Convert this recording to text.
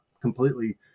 completely